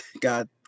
God